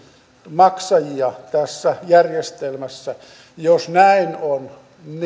maksajia tässä järjestelmässä jos näin on